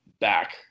back